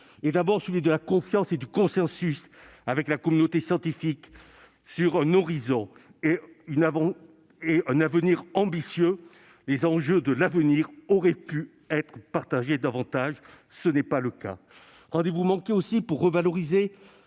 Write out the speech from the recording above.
tout d'abord celui de la confiance et du consensus avec la communauté scientifique sur un horizon et un avenir ambitieux. Les enjeux de l'avenir auraient pu être davantage partagés. Ce n'est pas le cas. Rendez-vous manqué, ensuite, pour revaloriser